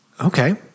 Okay